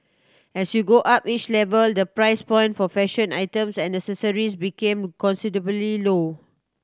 as you go up each level the price point for fashion items and accessories becomes considerably low